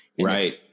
Right